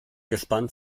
gespannt